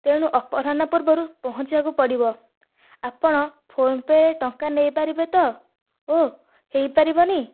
ତେଣୁ ଅପରାହ୍ନ ପୂର୍ବରୁ ପହଞ୍ଚିବାକୁ ପଡ଼ିବ ଆପଣ ଫୋନ୍ ପେ'ରେ ଟଙ୍କା ନେଇପାରିବେ ତ ଓଃ ହୋଇପାରିବନି